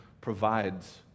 provides